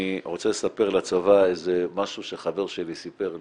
רוצה לספר לצבא משהו שחבר שלי סיפר לי.